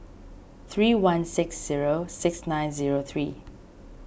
three one six zero six nine zero three